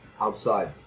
outside